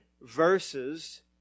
verses